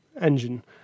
engine